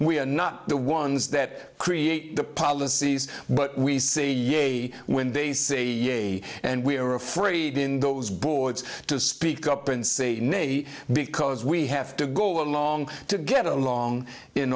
we are not the ones that create the policies but we say yea when they say and we are afraid in those boards to speak up and say nay because we have to go along to get along in